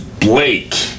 Blake